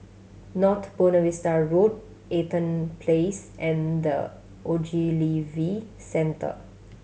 North Buona Vista Road Eaton Place and The Ogilvy Centre